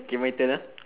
K my turn ah